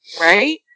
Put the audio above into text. Right